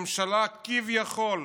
ממשלה, כביכול,